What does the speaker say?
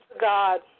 God